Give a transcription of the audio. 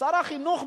שר החינוך,